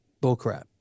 bullcrap